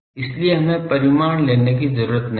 इसलिए हमें परिमाण लेने की जरूरत है